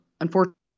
unfortunately